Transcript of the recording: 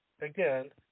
again